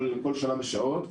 כל שנה בשעות.